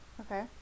okay